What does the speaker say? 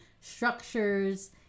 structures